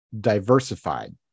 diversified